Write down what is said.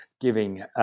giving